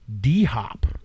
D-Hop